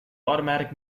automatic